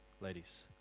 ladies